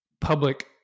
public